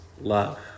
love